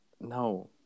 No